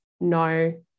no